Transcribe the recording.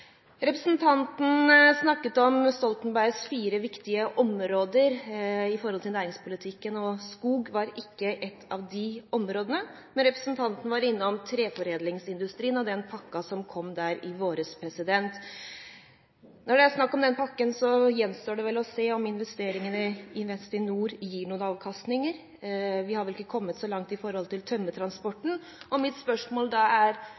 snakket om Stoltenbergs fire viktige områder i næringspolitikken, og skog var ikke et av de områdene. Men representanten var innom treforedlingsindustrien og den pakken som kom der i våres. Når det er snakk om den pakken, gjenstår det å se om investeringene – mest i nord – gir noen avkastninger. Vi har vel ikke kommet så langt med tanke på tømmertransporten. Mitt spørsmål er: Er